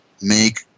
Make